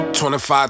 25